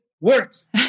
works